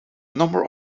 number